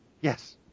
Yes